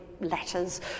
letters